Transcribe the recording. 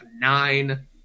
nine